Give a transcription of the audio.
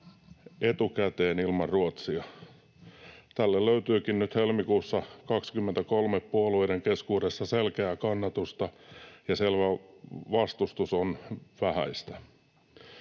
etukäteen ilman Ruotsia. Tälle löytyikin nyt helmikuussa 23 selkeää kannatusta puolueiden keskuudessa, ja sen vastustus on vähäistä.